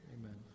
Amen